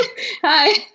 Hi